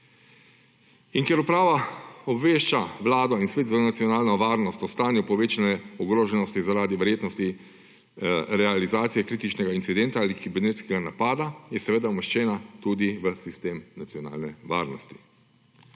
In ker uprava obvešča Vlado in Svet za nacionalno varnost o stanju povečane ogroženosti zaradi verjetnosti realizacije kritičnega incidenta ali kibernetskega napada, je seveda umeščena tudi v sistem nacionalne varnosti.